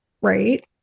right